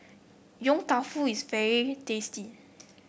Yong Tau Foo is very tasty